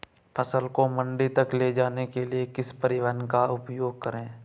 फसल को मंडी तक ले जाने के लिए किस परिवहन का उपयोग करें?